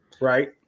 Right